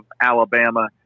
Alabama